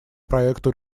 проекту